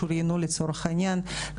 שוריינו לצורך העניין,